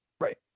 Right